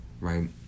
right